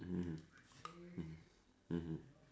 mmhmm mm mmhmm